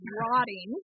rotting